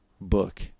book